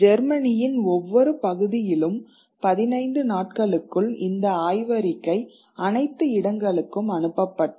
ஜெர்மனியின் ஒவ்வொரு பகுதியிலும் 15 நாட்களுக்குள் இந்த ஆய்வறிக்கை அனைத்து இடங்களுக்கும் அனுப்பப்பட்டது